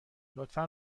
لطفا